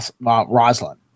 Roslin